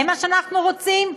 זה מה שאנחנו רוצים?